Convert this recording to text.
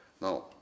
Now